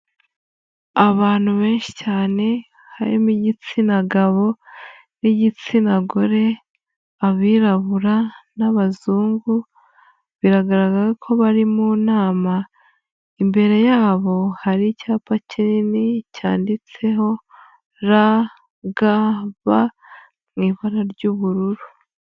Abantu benshi cyane, harimo igitsina gabo n'igitsina gore, abirabura n'abazungu, biragaragara ko bari mu nama. Imbere yabo hari icyapa kinini cyanditseho RGB mu ibara ry'ubururu.